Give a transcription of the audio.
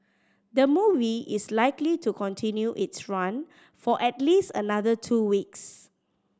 the movie is likely to continue its run for at least another two weeks